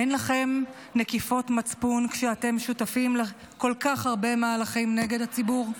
אין לכם נקיפות מצפון כשאתם שותפים לכל כך הרבה מהלכים נגד הציבור,